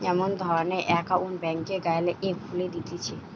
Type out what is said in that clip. এমন ধরণের একউন্ট ব্যাংকে গ্যালে খুলে দিতেছে